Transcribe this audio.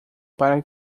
para